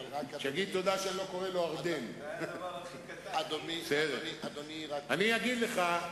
את העובר-ושב של הממשלה,